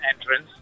entrance